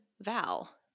Val